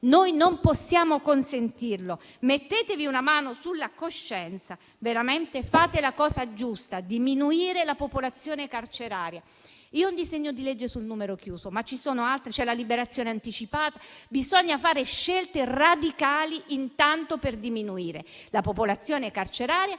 Noi non possiamo consentirlo. Mettetevi una mano sulla coscienza. Fate veramente la cosa giusta: diminuire la popolazione carceraria. Io ho presentato un disegno di legge sul numero chiuso, ma ce ne sono altri e in materia c'è la liberazione anticipata. Bisogna fare scelte radicali, intanto per diminuire la popolazione carceraria,